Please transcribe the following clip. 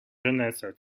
jeunesse